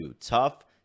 Tough